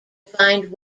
find